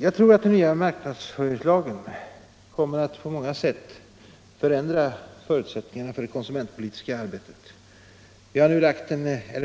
Jag tror att den nya marknadsföringslagen på många sätt kommer att förändra förutsättningarna för det konsumentpolitiska arbetet. Vi